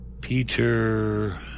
Peter